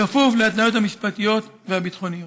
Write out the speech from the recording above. כפוף להתניות המשפטיות והביטחוניות.